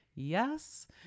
Yes